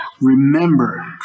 remember